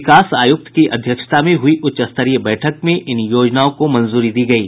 विकास आयुक्त की अध्यक्षता में हुई उच्चस्तरीय बैठक में इन योजनाओं को मंजूरी दी गयी